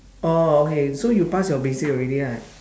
orh okay so you pass your basic already lah